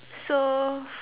so